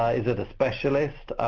is it a specialist?